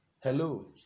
Hello